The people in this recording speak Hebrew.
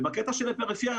ובקטע של הפריפריה,